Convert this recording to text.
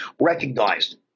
recognized